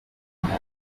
volta